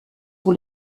pour